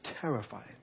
terrifying